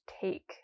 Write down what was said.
take